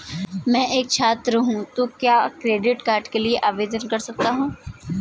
मैं एक छात्र हूँ तो क्या क्रेडिट कार्ड के लिए आवेदन कर सकता हूँ?